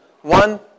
One